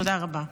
תודה רבה.